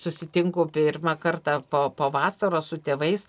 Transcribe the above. susitinku pirmą kartą po po vasaros su tėvais